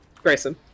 Grayson